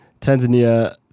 Tanzania